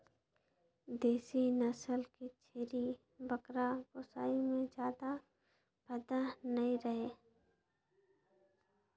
देसी नसल के छेरी बोकरा पोसई में जादा फायदा नइ रहें